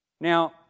Now